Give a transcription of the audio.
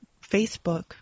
Facebook